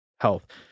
health